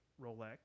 Rolex